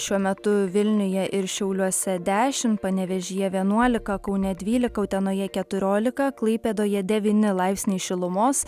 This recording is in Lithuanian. šiuo metu vilniuje ir šiauliuose dešimt panevėžyje vienuolika kaune dvylika utenoje keturiolika klaipėdoje devyni laipsniai šilumos